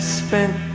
spent